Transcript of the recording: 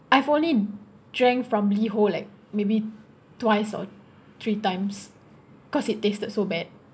I have only drank from Liho like maybe twice or three times cause it tasted so bad